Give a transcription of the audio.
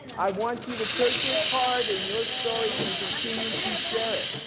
i want you to take your card and your story and continue to share it.